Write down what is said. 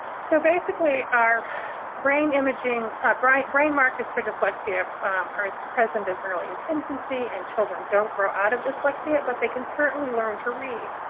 so basically, our brain imaging ah brain brain markers for dyslexia are present as early as infancy, and children don't grow out of dyslexia. but they can certainly learn to read.